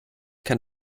kann